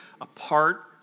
Apart